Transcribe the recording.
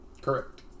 Correct